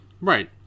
Right